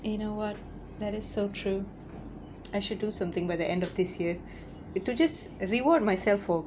you know [what] that is so true I should do something by the end of this year to just reward myself for